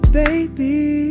baby